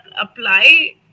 apply